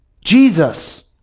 jesus